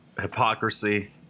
hypocrisy